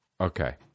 Okay